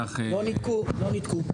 לא ניתקו, לא ניתקו.